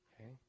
Okay